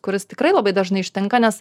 kuris tikrai labai dažnai ištinka nes